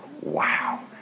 wow